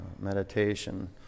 meditation